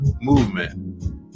movement